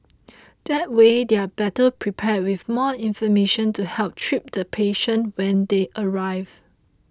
that way they are better prepared with more information to help treat the patient when they arrive